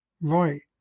right